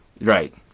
Right